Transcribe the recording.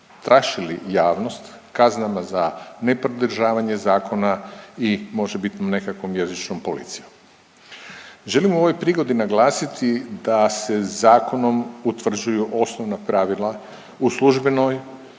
strašili javnost kaznama za nepridržavanje zakona i možebitno nekakvom jezičnom policijom. Želim u ovoj prigodi naglasiti da se zakonom utvrđuju osnovna pravila u službenoj,